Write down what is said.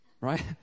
right